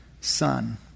son